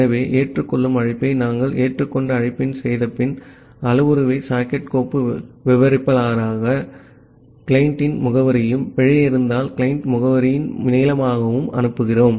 ஆகவே ஏற்றுக்கொள்ளும் அழைப்பை நாங்கள் ஏற்றுக்கொண்ட அழைப்பை செய்தபின் அளவுருவை சாக்கெட் கோப்பு விவரிப்பாளராகவும் கிளையண்டின் முகவரியாகவும் பிழை இருந்தால் கிளையன்ட் முகவரியின் நீளமாகவும் அனுப்புகிறோம்